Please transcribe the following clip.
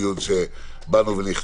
זה לא היה דיון שבאנו ונכנסנו.